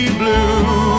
blue